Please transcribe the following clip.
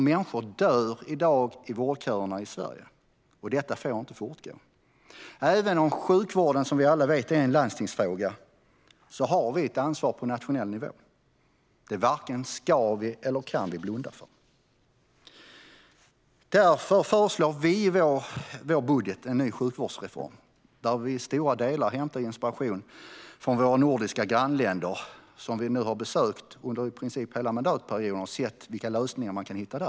Människor dör i dag i vårdköerna i Sverige. Detta får inte fortgå. Även om sjukvården, som vi alla vet, är en landstingsfråga har vi ett ansvar på nationell nivå; det varken kan eller ska vi blunda för. Därför föreslår Sverigedemokraterna i vår budget en ny sjukvårdsreform, där vi till stora delar hämtar inspiration från våra nordiska grannländer. Vi har besökt dem under i princip hela mandatperioden och sett vilka lösningar man kan hitta där.